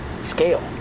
scale